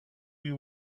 you